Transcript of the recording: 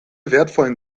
wertvollen